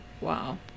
Wow